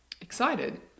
excited